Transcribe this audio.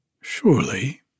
Surely